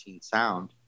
Sound